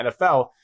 NFL